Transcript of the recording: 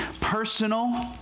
personal